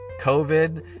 COVID